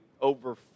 over